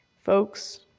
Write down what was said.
folks